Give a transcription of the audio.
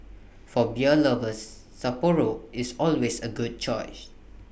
for beer lovers Sapporo is always A good choice